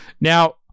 now